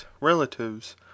relatives